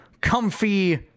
comfy